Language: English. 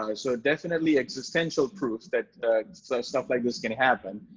um so it definitely existential proof that stuff like this can happen,